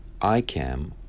ICAM